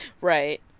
Right